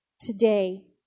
today